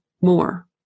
more